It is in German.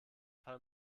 fall